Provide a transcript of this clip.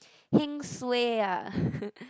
heng suay ah